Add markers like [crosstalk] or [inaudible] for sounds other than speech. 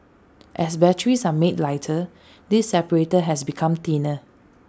as batteries are made lighter [noise] this separator has become thinner